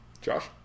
Josh